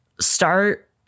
start